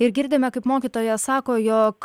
ir girdime kaip mokytoja sako jog